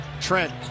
trent